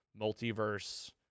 multiverse